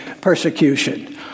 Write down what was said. persecution